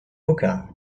hookah